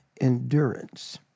endurance